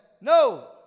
no